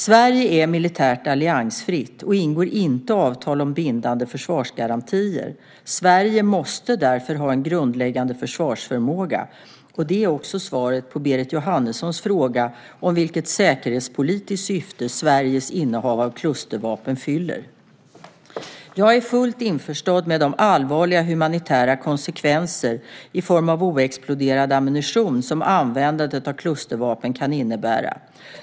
Sverige är militärt alliansfritt och ingår inte avtal om bindande försvarsgarantier. Sverige måste därför ha en grundläggande försvarsförmåga. Detta är också svaret på Berit Jóhannessons fråga om vilket säkerhetspolitiskt syfte Sveriges innehav av klustervapen fyller. Jag är fullt införstådd med de allvarliga humanitära konsekvenser, i form av oexploderad ammunition, som användande av klustervapen kan innebära.